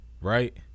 Right